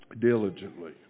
diligently